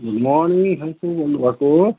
good morning को बोल्नुभएको